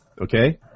Okay